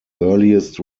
earliest